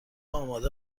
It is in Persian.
آماده